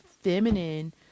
feminine